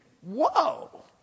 Whoa